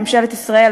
ממשלת ישראל,